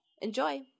Enjoy